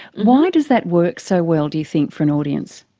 why does that work so well, do you think, for an audience?